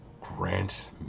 Grant